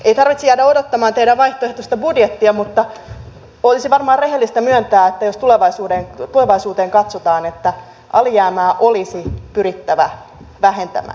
ei tarvitse jäädä odottamaan teidän vaihtoehtoista budjettianne mutta olisi varmaan rehellistä myöntää että jos tulevaisuuteen katsotaan niin alijäämää olisi pyrittävä vähentämään